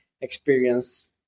experience